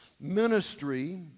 ministry